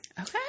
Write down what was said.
Okay